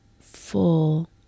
full